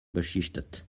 beschichtet